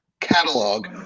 catalog